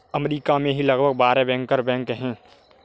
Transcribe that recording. अमरीका में ही लगभग बारह बैंकर बैंक हैं